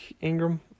Ingram